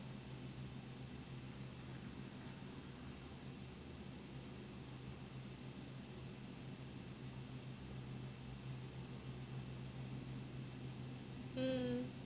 mm